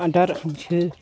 आदार बियो